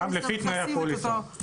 גם לפי תנאי הפוליסה.